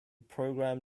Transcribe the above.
program